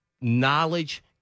knowledge